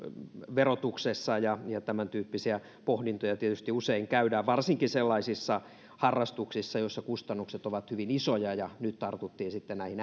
verotuksessa tämäntyyppisiä pohdintoja tietysti usein käydään varsinkin sellaisissa harrastuksissa joissa kustannukset ovat hyvin isoja ja nyt tartuttiin sitten näihin